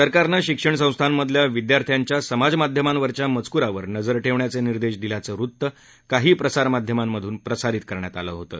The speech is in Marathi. सरकारनं शिक्षण संस्थांमधल्या विद्यार्थ्यांच्या सोशल मीडियातील मजकुरावर नजर ठेवण्याचे निर्देश दिल्याचं वृत्त प्रसारमाध्यमांमधून प्रसारित करण्यात आलं होतं